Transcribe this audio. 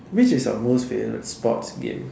which is your most favorite sports game